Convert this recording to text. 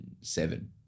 seven